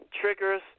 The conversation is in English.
triggers